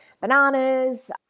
bananas